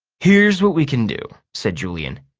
here's what we can do, said julian.